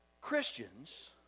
Christians